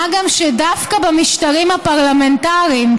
מה גם שדווקא במשטרים הפרלמנטריים,